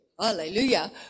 Hallelujah